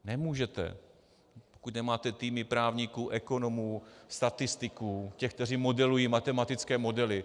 Nemůžete, pokud nemáte týmy právníků, ekonomů, statistiků, těch, kteří modelují matematické modely.